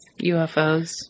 UFOs